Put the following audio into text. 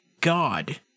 god